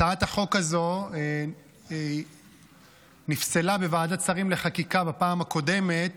הצעת החוק הזו נפסלה בוועדת שרים לחקיקה בפעם הקודמת